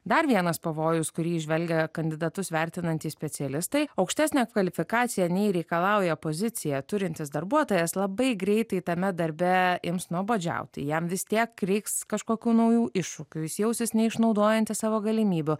dar vienas pavojus kurį įžvelgia kandidatus vertinantys specialistai aukštesnę kvalifikaciją nei reikalauja pozicija turintis darbuotojas labai greitai tame darbe ims nuobodžiauti jam vis tiek reiks kažkokių naujų iššūkių jis jausis neišnaudojantis savo galimybių